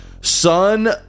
Son